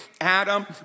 Adam